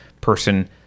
person